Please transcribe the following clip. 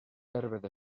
herbert